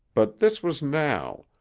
but this was now,